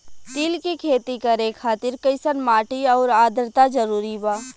तिल के खेती करे खातिर कइसन माटी आउर आद्रता जरूरी बा?